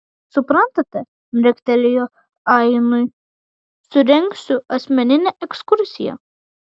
suprantate mirktelėjo ainui surengsiu asmeninę ekskursiją